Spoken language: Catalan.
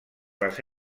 les